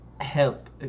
help